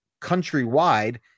countrywide